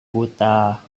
buta